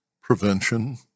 Prevention